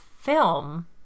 film